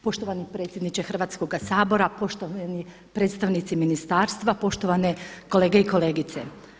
Poštovani predsjedniče Hrvatskoga sabora, poštovani predstavnici ministarstva, poštovane kolege i kolegice.